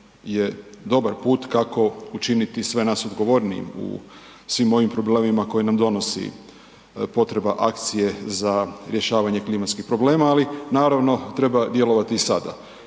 je dobar put kako učiniti sve nas odgovornijim u svim ovim problemima koje nam donosi potreba akcije za rješavanje klimatskih problema, ali naravno treba djelovati i sada.